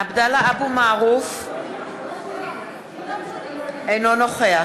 עבדאללה אבו מערוף, אינו נוכח